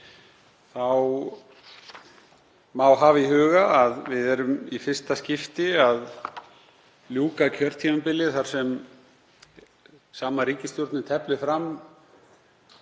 má hafa í huga að við erum í fyrsta skipti að ljúka kjörtímabilinu þar sem sama ríkisstjórnin teflir fram